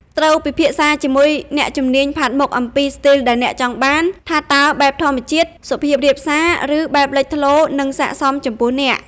ត្រូវពិភាក្សាជាមួយអ្នកជំនាញផាត់មុខអំពីស្ទីលដែលអ្នកចង់បាន ថាតើបែបធម្មជាតិ សុភាពរាបសា ឬបែបលេចធ្លោនឹងសាកសមចំពោះអ្នក ។